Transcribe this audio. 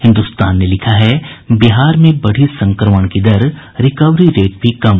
हिन्दुस्तान ने लिखा है बिहार में बढ़ी संक्रमण की दर रिकवरी रेट भी कम